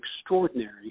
extraordinary